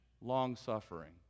long-suffering